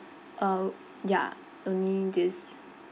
uh ya only this